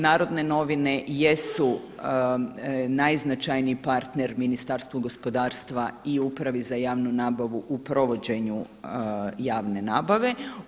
Narodne novine jesu najznačajniji partner Ministarstvu gospodarstva i Upravi za javnu nabavu u provođenju javne nabave.